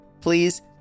Please